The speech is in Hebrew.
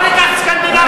בוא ניקח את סקנדינביה.